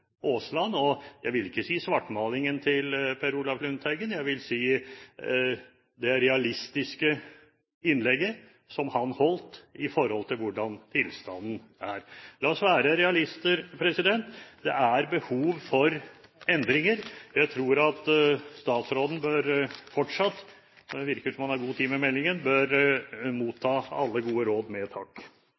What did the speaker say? Aasland, og jeg vil ikke si svartmalingen til Per Olaf Lundteigen, men jeg vil si det realistiske innlegget som han holdt om hvordan tilstanden er. La oss være realister. Det er behov for endringer. Jeg tror statsråden fortsatt bør – det virker som om han har god tid med meldingen – motta alle gode råd med